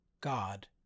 God